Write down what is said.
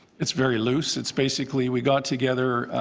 it's very loose. it's basically we got together